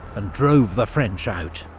and drove the french out.